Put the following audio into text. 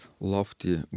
lofty